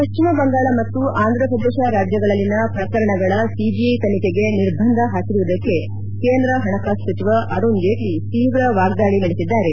ಪಶ್ಚಿಮ ಬಂಗಾಳ ಮತ್ತು ಆಂಧ್ರಪ್ರದೇಶ ರಾಜ್ಯಗಳಲ್ಲಿನ ಪ್ರಕರಣಗಳ ಸಿಬಿಐ ತನಿಖೆಗೆ ನಿರ್ಬಂದ ಪಾಕಿರುವುದಕ್ಕೆ ಕೇಂದ್ರ ಹಣಕಾಸು ಸಚಿವ ಅರುಣ್ ಜೇಟ್ಲಿ ಶೀವ್ರ ವಾಗ್ದಾಳಿ ನಡೆಸಿದ್ದಾರೆ